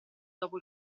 dopo